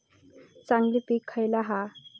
चांगली पीक खयला हा?